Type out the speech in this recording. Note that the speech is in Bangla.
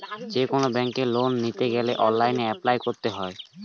যেকোনো ব্যাঙ্কে লোন নিতে গেলে অনলাইনে অ্যাপ্লাই করতে হয়